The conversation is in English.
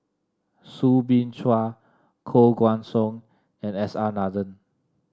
Soo Bin Chua Koh Guan Song and S R Nathan